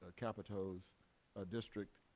ah capito's ah district.